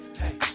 hey